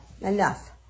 enough